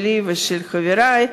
שלי ושל חברי,